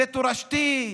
זה תורשתי,